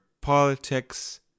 politics